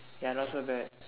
ya not so bad